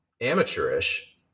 amateurish